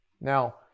Now